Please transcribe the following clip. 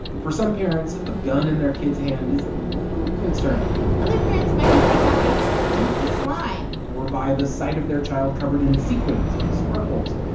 for some parents, a gun in their kid's hand is a little concerning other parents might be freaked out by stinky slime or by the sight of their child covered in sequins and sparkles.